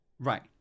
Right